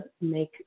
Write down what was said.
make